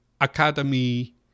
Academy